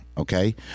Okay